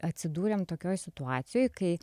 atsidūrėm tokioj situacijoj kai